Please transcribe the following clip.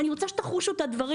אני רוצה שתחושו את הדברים.